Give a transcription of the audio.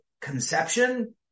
conception